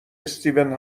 استیون